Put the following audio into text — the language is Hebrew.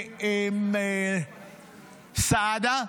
וסעדה,